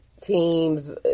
teams